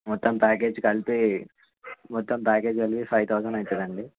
మొత్తం ప్యాకేజ్ కలిపి మొత్తం ప్యాకేజ్ కలిపి ఫైవ్ థౌసండ్ అవుతుంది అండి